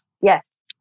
Yes